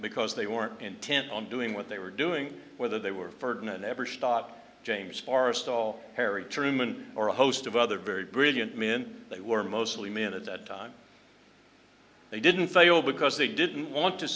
because they were intent on doing what they were doing whether they were ferdman every stop james forrest all harry truman or a host of other very brilliant men they were mostly minute that time they didn't fail because they didn't want to